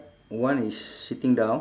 one is sitting down